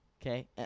Okay